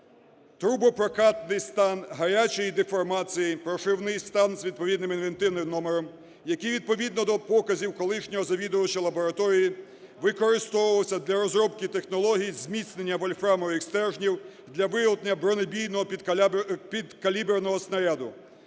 трубопрокатний стан гарячої деформації, прошивний стан з відповідним інвентарним номером, який відповідно до показів колишнього завідувача лабораторії використовувався для розробки технологій зміцнення вольфрамових стержнів для виготовлення бронебійного підкаліберного снаряду.